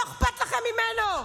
לא אכפת לכם ממנו?